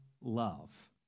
love